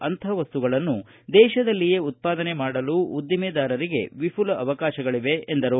ಅಂಥ ವಸ್ತುಗಳನ್ನು ದೇಶದಲ್ಲಿಯೇ ಉತ್ವಾದನೆ ಮಾಡಲು ಉದ್ದಿಮೆದಾರರಿಗೆ ವಿಪುಲ ಅವಕಾಶಗಳಿವೆ ಎಂದರು